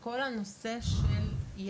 יש לנו בעצם את נושא של משרד